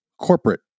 corporate